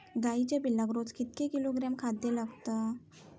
गाईच्या पिल्लाक रोज कितके किलोग्रॅम खाद्य लागता?